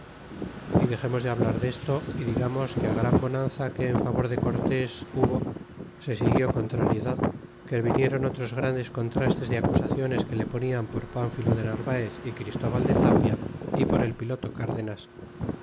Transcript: y dexemos de hablar desto y digamos que gran bonanza que en favor de cortes hubo se siguió contrariedad que le vinieron otros grandes contrastes de acusaciones que le ponian por pánfilo de narvaez y christóbal de tapia y por el piloto cardenas